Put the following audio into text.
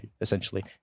essentially